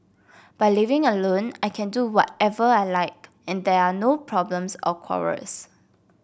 by living alone I can do whatever I like and there are no problems or quarrels